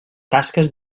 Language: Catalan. tasques